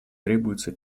требуются